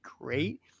great